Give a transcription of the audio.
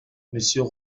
monsieur